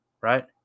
right